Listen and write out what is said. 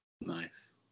Nice